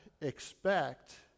expect